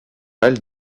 elle